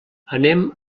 anem